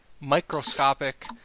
Microscopic